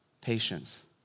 patience